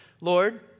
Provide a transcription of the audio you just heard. Lord